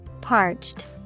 Parched